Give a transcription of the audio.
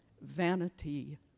Vanity